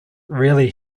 rarely